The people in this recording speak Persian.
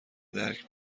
درک